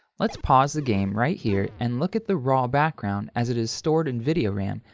let's pause the game right here and look at the raw background as it is stored in video ram,